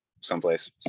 someplace